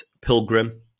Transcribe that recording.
Pilgrim